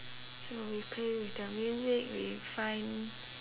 so we play with the music we find